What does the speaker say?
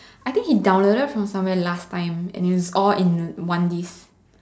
I think he downloaded from somewhere last time and then it's all in one disc